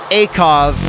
akov